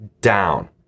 down